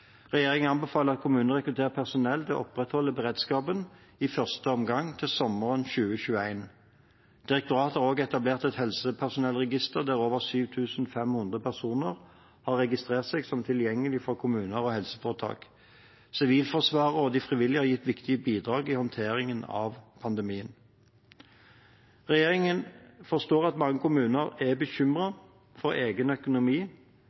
Regjeringen anbefaler at kommunene rekrutterer personell til å opprettholde beredskapen – i første omgang fram til sommeren 2021. Direktoratet har også etablert et helsepersonellregister der over 7 500 personer har registrert seg som tilgjengelig for kommuner og helseforetak. Sivilforsvaret og de frivillige har gitt viktige bidrag i håndteringen av pandemien. Regjeringen forstår at mange kommuner er bekymret for egen økonomi,